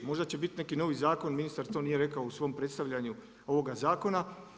Možda će biti neki novi zakon, ministar to nije rekao u svom predstavljanju ovoga zakona.